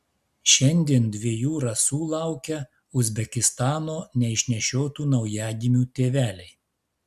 šiandien dviejų rasų laukia uzbekistano neišnešiotų naujagimių tėveliai